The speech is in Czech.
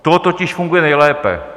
To totiž funguje nejlépe.